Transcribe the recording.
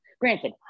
Granted